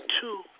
two